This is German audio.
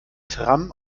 tram